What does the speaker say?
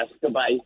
Goodbye